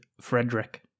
Frederick